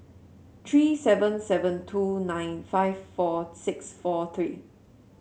three seven seven two nine five four six four three